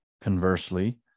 Conversely